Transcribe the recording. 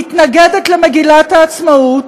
מתנגדת למגילת העצמאות